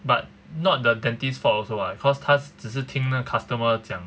but not the dentist fault also [what] cause 他只是听那个 customer 讲